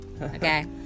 Okay